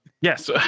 Yes